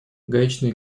гаечные